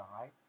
right